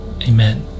Amen